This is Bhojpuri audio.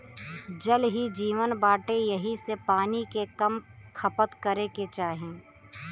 जल ही जीवन बाटे एही से पानी के कम खपत करे के चाही